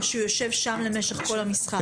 הוא שיושב שם למשך כל המשחק?